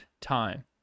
time